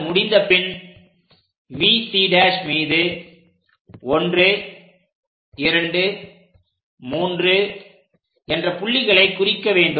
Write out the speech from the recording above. அது முடிந்தபின் VC' மீது 123 என்ற புள்ளிகளை குறிக்க வேண்டும்